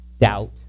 Doubt